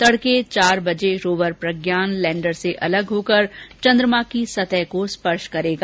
तड़के चार बजे रोवर प्रज्ञान लैंडर से अलग होकर चन्द्रमा की सतह को स्पर्श करेगा